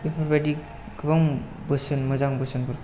बेफोरबादि गोबां बोसोन मोजां बोसोनफोरखौ